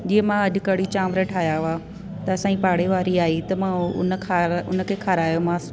जीअं मां अॼु कड़ी चांवर ठाहिया हआ असांयी पाड़ेवारी आई त मां उहो उन उनखे खारायोमासि